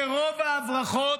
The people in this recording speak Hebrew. שרוב ההברחות